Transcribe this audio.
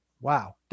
Wow